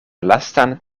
lastan